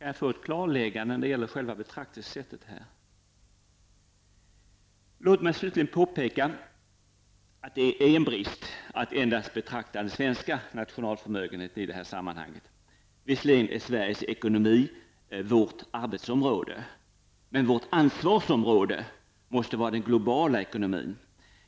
Kan jag få ett klarläggande när det gäller själva betraktelsesättet här? Låt mig slutligen påpeka att det är en brist att endast betrakta den svenska nationalförmögenheten i dessa sammanhang. Visserligen är Sveriges ekonomi vårt arbetsområde, men vårt ansvarsområde måste vara den globala ekonomin.